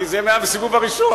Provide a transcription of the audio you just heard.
כי זה היה בסיבוב הראשון.